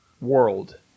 world